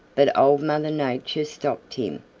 but old mother nature stopped him.